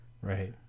right